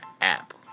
app